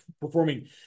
performing